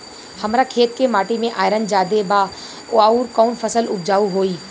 हमरा खेत के माटी मे आयरन जादे बा आउर कौन फसल उपजाऊ होइ?